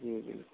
जी बिल्कुल